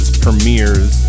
premieres